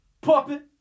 puppet